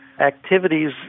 activities